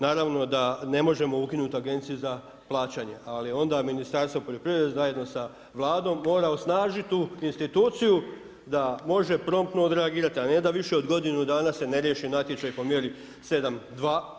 Naravno da ne možemo ukinuti Agenciju za plaćanje, ali onda Ministarstvo poljoprivrede zajedno sa Vladom mora osnažit tu instituciju da može promptno odreagirati, a ne da više od godinu dana se ne riješi natječaj po mjeri 7.2.